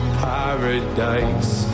paradise